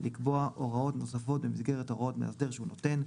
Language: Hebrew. לקבוע הוראות נוספות במסגרת הוראות מאסדר שהוא נותן.